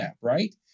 right